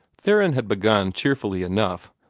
theron had begun cheerfully enough,